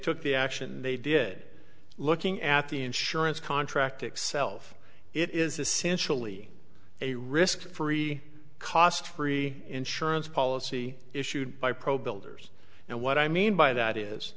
took the action they did looking at the insurance contract itself it is essentially a risk free cost free insurance policy issued by pro builders and what i mean by that is